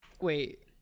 Wait